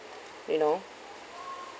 you know